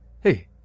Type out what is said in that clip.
Hey